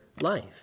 life